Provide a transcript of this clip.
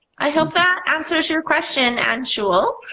i hope that answers your question anshul.